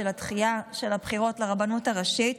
של הדחייה של הבחירות לרבנות הראשית,